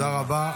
תודה רבה.